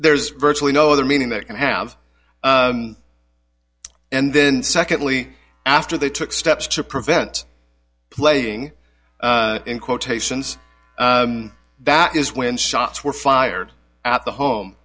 there is virtually no other meaning that can have and then secondly after they took steps to prevent playing in quotations that is when shots were fired at the home